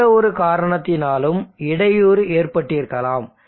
எந்தவொரு காரணத்தினாலும் இடையூறு ஏற்பட்டிருக்கலாம்